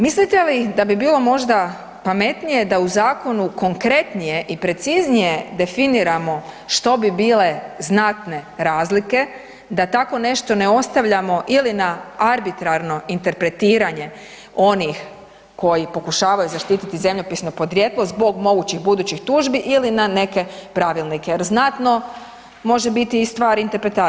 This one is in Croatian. Mislite li da bi bilo možda pametnije da u zakonu konkretnije i preciznije definiramo što bi bile znatne razlike, da tako nešto ne ostavljamo ili na arbitrarno interpretiranje onih koji pokušavaju zaštititi zemljopisno podrijetlo zbog mogućih budućih tužbi ili na neke pravilnike jer znatno može biti i stvar interpretacije.